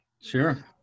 Sure